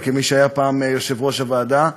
כמי שהיה פעם יושב-ראש הוועדה,